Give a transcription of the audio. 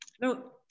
No